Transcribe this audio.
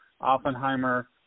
Oppenheimer